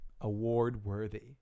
Award-worthy